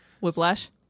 Whiplash